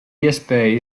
iespēja